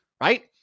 right